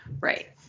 Right